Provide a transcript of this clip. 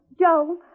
Joe